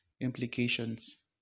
implications